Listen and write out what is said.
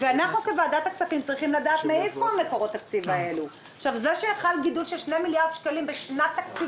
הפנייה התקציבית נועדה לתקצוב סך של 72 מיליון ו-651 אלפי שקלים לרשות